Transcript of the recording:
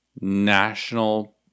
national